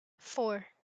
four